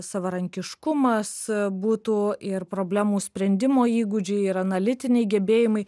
savarankiškumas būtų ir problemų sprendimo įgūdžiai ir analitiniai gebėjimai